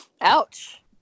Ouch